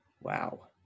Wow